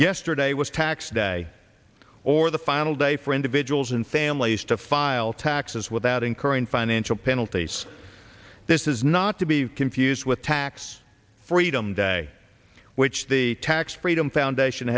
yesterday was tax day or the final day for individuals and families to file taxes without incurring financial penalties this is not to be confused with tax freedom day which the tax freedom foundation